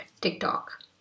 TikTok